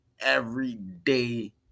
everyday